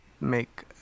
make